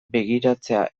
begiratzea